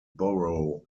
borough